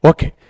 Okay